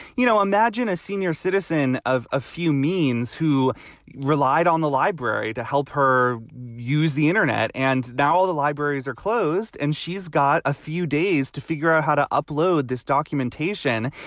you know, imagine a senior citizen of a few means who relied on the library to help her use the internet. and now all the libraries are closed. and she's got a few days to figure out how to upload this documentation.